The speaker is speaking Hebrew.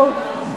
לא.